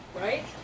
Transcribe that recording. Right